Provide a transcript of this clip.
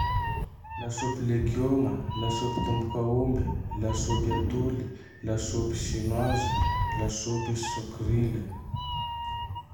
Lasopy legioma, lasopy tombok'aombe, lasopy atoly, lasopy sinoazy, lasopy sôkrile.